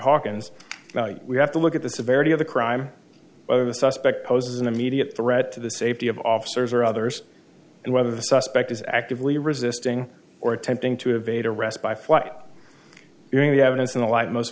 hawkins we have to look at the severity of the crime whether the suspect poses an immediate threat to the safety of officers or others and whether the suspect is actively resisting or attempting to evade arrest by fly during the evidence in the light most